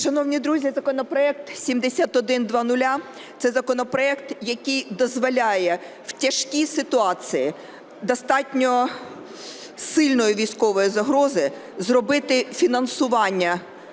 Шановні друзі, законопроект 7100 – це законопроект, який дозволяє в тяжкій ситуації достатньо сильної військової загрози зробити фінансування